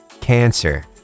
cancer